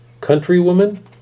Countrywoman